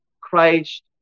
Christ